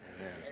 Amen